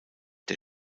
der